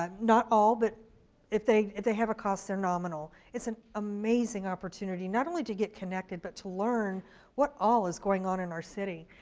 um not all, but if they if they have a cost they're nominal. it's an amazing opportunity, not only to get connected, but to learn what all is going on in our city.